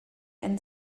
end